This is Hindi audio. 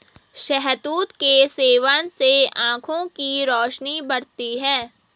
शहतूत के सेवन से आंखों की रोशनी बढ़ती है